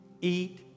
Eat